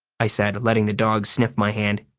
i said, letting the dog sniff my hand.